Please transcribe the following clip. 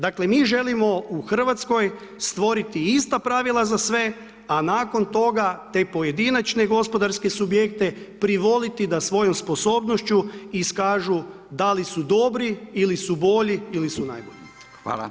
Dakle, mi želimo u Hrvatskoj stvoriti ista pravila za sve, a nakon toga te pojedinačne gospodarske subjekte privoliti da svojom sposobnošću iskažu da li su dobri ili su bolji ili su najbolji.